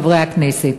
חברי הכנסת.